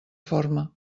forma